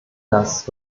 das